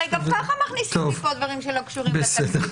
הרי גם כך מכניסים לכאן דברים שלא קשורים לתקציב.